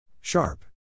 Sharp